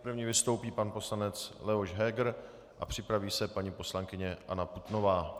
První vystoupí pan poslanec Leoš Heger a připraví se paní poslankyně Anna Putnová.